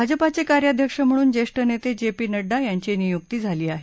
भाजपाचे कार्याध्यक्ष म्हणून ज्येष्ठ नेते जे पी नङ्डा यांची नियूक्ती झाली आहे